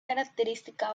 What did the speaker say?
característica